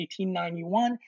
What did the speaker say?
1891